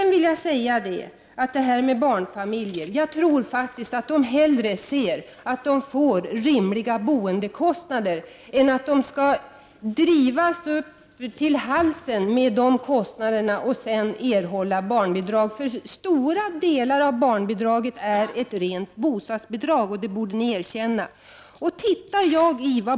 När det gäller barnfamiljerna tror jag att de hellre vill ha rimliga boendekostnader än att sitta ända upp till halsen i de kostnaderna och sedan erhålla barnbidrag. Stora delar av barnbidraget är nämligen ett rent bostadsbidrag — det borde ni erkänna.